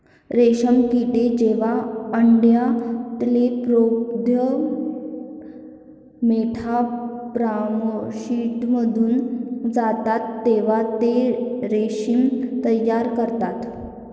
रेशीम किडे जेव्हा अळ्या ते प्रौढ मेटामॉर्फोसिसमधून जातात तेव्हा ते रेशीम तयार करतात